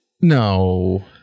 No